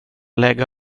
lägga